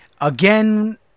Again